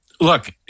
look